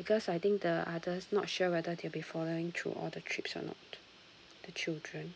because I think the others not sure whether they will be following to all the trips or not the children